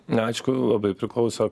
na aišku labai priklauso